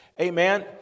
Amen